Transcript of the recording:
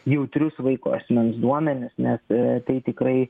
jautrius vaiko asmens duomenis nes tai tikrai